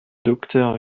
docteur